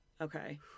Okay